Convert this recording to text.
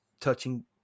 touching